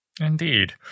Indeed